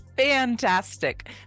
Fantastic